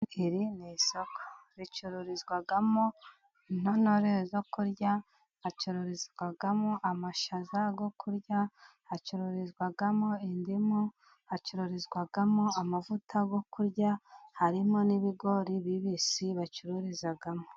Iri ni isoko bacururizwamo intono zo kurya ,acuruzwagamo amashyaza yo kurya, hacururizwamo indimu ,hacururizwamo amavuta yo kurya harimo n'ibigori bibisi bacururizamo.